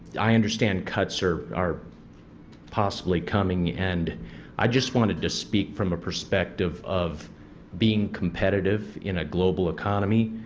i understand cuts are are possibly coming, and i just wanted to speak from the perspective of being competitive in a global economy.